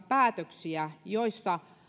päätöksiä joissa